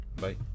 bye